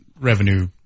revenue